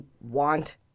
want